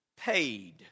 paid